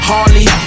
Harley